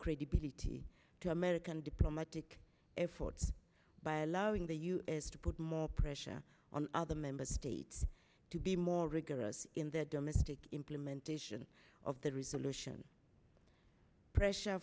credibility to american diplomatic efforts by allowing the us to put more pressure on other member states to be more rigorous in their domestic implementation of the reason lucian pressure